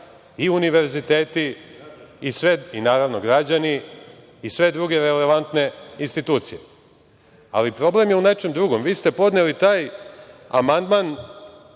univerziteti, građani i sve druge relevantne institucije. Ali, problem je u nečem drugom. Vi ste podneli taj amandman